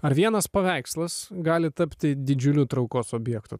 ar vienas paveikslas gali tapti didžiuliu traukos objektu